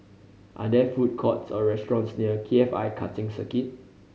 are there food courts or restaurants near K F I Karting Circuit